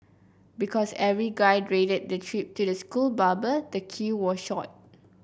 because every guy dreaded the trip to the school barber the queue was short